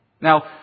Now